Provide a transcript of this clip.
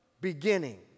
beginning